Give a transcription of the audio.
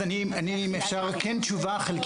אז אם אפשר אני אגיד כי זו שאלה מצוינת.